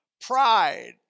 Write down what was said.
pride